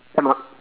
then my